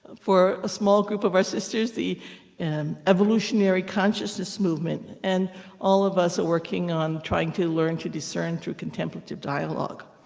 for a small group of our sisters, the and evolutionary consciousness movement, and all of us are working on trying to learn to discern through contemplative dialogue.